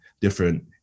different